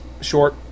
short